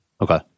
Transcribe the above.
Okay